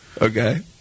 Okay